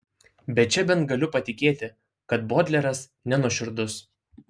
bet čia bent galiu patikėti kad bodleras nenuoširdus